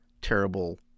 terrible